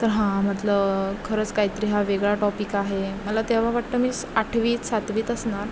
तर हां म्हटलं खरंच काहीतरी हा वेगळा टॉपिक आहे मला तेव्हा वाटतं मी आठवीत सातवीत असणार